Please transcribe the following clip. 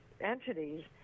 entities